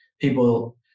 People